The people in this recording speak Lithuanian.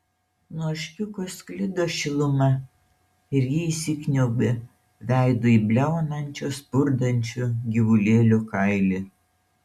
nuo ožkiuko sklido šiluma ir ji įsikniaubė veidu į bliaunančio spurdančio gyvulėlio kailį